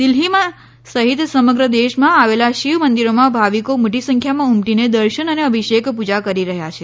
દિલ્ફીમાં સહિત સમગ્ર દેશમાં આવેલા શિવ મંદિરોમાં ભાવિકો મોટી સંખ્યામાં ઉમટીને દર્શન અને અભિષેક પૂજા કરી રહ્યા છે